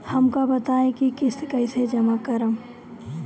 हम का बताई की किस्त कईसे जमा करेम?